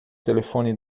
telefone